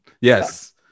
Yes